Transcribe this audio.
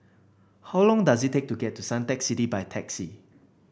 how long does it take to get to Suntec City by taxi